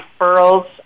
referrals